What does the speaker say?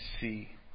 see